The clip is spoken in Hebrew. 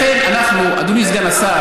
לכן, אדוני סגן השר,